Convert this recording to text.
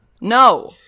No